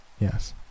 Yes